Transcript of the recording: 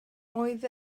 oedd